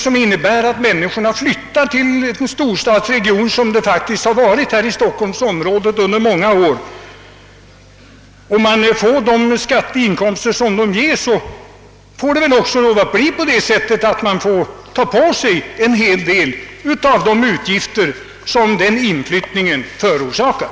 Om människor flyttar till storstadsregionerna, vilket särskilt varit fallet beträffande = stockholmsområdet under många år, och man därigenom får öka de skatteinkomster, får storstadsområdet också ta på sig en del av de utgifter som denna inflyttning förorsakar.